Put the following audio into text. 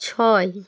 ছয়